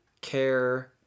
Care